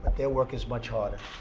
their work is much harder.